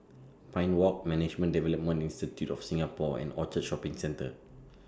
Pine Walk Management Development Institute of Singapore and Orchard Shopping Centre